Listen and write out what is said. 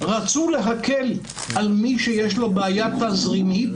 רצו להקל על מי שיש לו בעיה תזרימית,